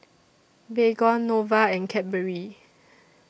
Baygon Nova and Cadbury